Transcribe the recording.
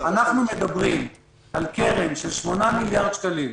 אנחנו מדברים על קרן של 8 מיליארד שקלים.